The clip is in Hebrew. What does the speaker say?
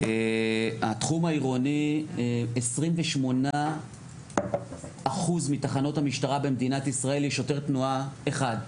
התחום העירוני 28% מתחנות המשטרה במדינת ישראל יש שוטר תנועה אחד,